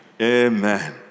Amen